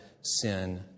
sin